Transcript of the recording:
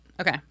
Okay